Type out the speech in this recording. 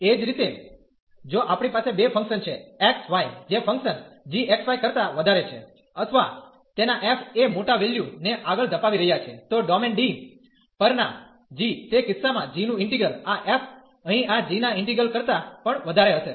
એ જ રીતે જો આપણી પાસે બે ફંક્શન છે x y જે ફંકશન g x y કરતા વધારે છે અથવા તેના f એ મોટા વેલ્યુ ને આગળ ધપાવી રહ્યા છે તો ડોમેન ડી પરનાં g તે કિસ્સામાં g નું ઈન્ટિગ્રલ આ f અહીં આ g ના ઈન્ટિગ્રલ કરતાં પણ વધારે હશે